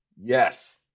yes